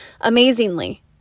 amazingly